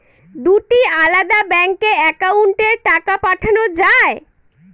দুটি আলাদা ব্যাংকে অ্যাকাউন্টের টাকা পাঠানো য়ায়?